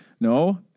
No